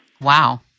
Wow